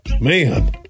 Man